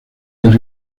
del